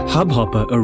Hubhopper